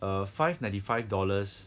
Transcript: err five ninety five dollars